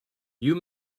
you